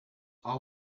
are